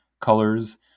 colors